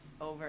over